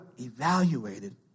evaluated